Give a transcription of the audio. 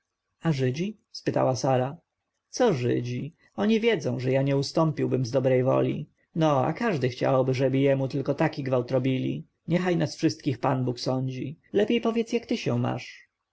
a żydzi spytała sara co żydzi oni wiedzą że ja nie ustąpiłem z dobrej woli no a każdy chciałby żeby jemu tylko taki gwałt robili niechaj nas wszystkich pan bóg sądzi lepiej powiedz jak ty się masz